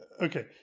okay